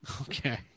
okay